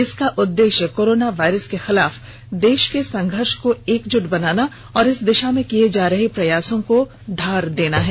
इसका उद्देष्य corona virus के खिलाफ देष के संघर्ष को एकजुट बनाना और इस दिषा में किये जा रहे प्रयासों को धार देना है